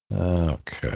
Okay